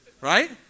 Right